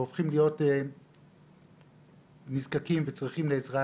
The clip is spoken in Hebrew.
והופכים להיות נזקקים לעזרה,